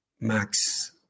max